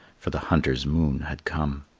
for the hunter's moon had come.